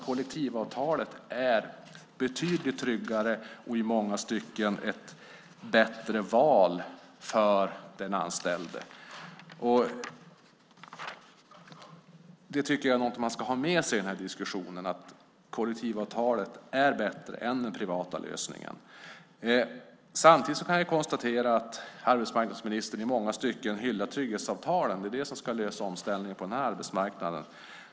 Kollektivavtalet är betydligt tryggare och i många stycken ett bättre val för den anställde. Det tycker jag är någonting som man ska ha med sig i den här diskussionen. Kollektivavtalet är bättre än den privata lösningen. Samtidigt kan jag konstatera att arbetsmarknadsministern i många stycken hyllar trygghetsavtalen. Det är de som ska lösa omställningen på arbetsmarknaden.